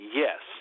yes